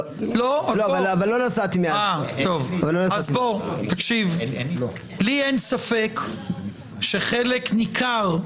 לא, אבל לא נסעתי --- לי אין ספק שחלק ניכר,